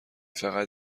فقط